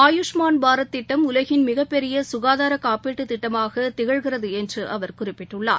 ஆயுஷ்மான் பாரத் திட்டம் உலகின் மிகப்பெரிய சுகாதார காப்பீட்டுத்திட்டமாக திகழ்கிறது என்று அவர் குறிப்பிட்டுள்ளார்